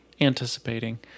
anticipating